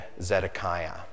Zedekiah